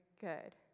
good